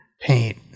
paint